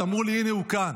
אמרו לי: הינה, הוא כאן.